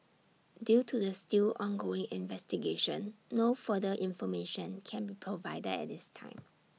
due to the still ongoing investigation no further information can be provided at this time